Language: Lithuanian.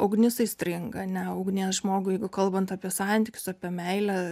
ugnis aistringa ane ugnies žmogui jeigu kalbant apie santykius apie meilę